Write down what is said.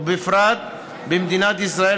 ובפרט במדינת ישראל,